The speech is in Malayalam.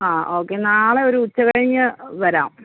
ആ ഓക്കെ നാളെ ഒരു ഉച്ച കഴിഞ്ഞ് വരാം